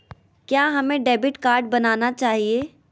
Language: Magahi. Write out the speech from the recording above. क्या हमें डेबिट कार्ड बनाना चाहिए?